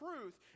truth